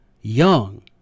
young